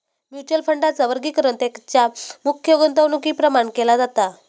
mutual फंडांचा वर्गीकरण तेंच्या मुख्य गुंतवणुकीप्रमाण केला जाता